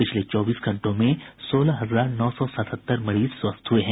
पिछले चौबीस घंटों में सोलह हजार नौ सौ सतहत्तर मरीज स्वस्थ हुए हैं